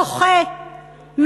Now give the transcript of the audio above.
דוחה,